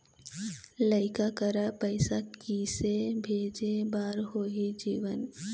लइका करा पैसा किसे भेजे बार होही जीवन